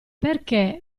perché